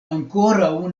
ankoraŭ